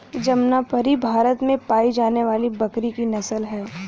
जमनापरी भारत में पाई जाने वाली बकरी की नस्ल है